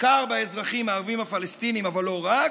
בעיקר באזרחים הערבים הפלסטינים, אבל לא רק,